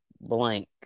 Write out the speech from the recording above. blank